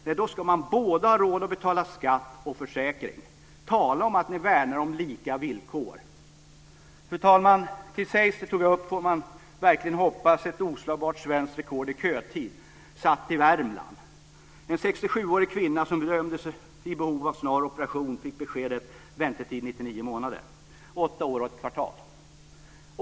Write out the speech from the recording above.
Nej, då ska man både ha råd att betala skatt och ha försäkring. Tala om att ni värnar om lika villkor! Fru talman! Chris Heister tog upp ett - får man verkligen hoppas - oslagbart svenskt rekord i kötid satt i Värmland. En 67-årig kvinna som bedömdes i behov av snar operation fick beskedet: Väntetid 99 månader, dvs. åtta år och ett kvartal!